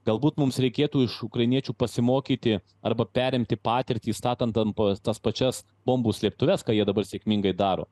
galbūt mums reikėtų iš ukrainiečių pasimokyti arba perimti patirtį statant ant pa tas pačias bombų slėptuves ką jie dabar sėkmingai daro